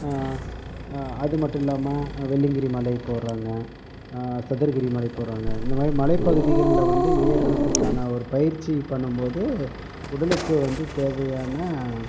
அதுமட்டும் இல்லாமல் வெள்ளியங்கிரி மலை போறாங்கள் சதுரகிரி மலை போகிறாங்க இந்தமாதிரி மலைப்பகுதிகளில் வந்து ஏறதுக்கான ஒரு பயிற்சி பண்ணும்போது உடலுக்கு வந்து தேவையான